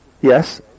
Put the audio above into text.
Yes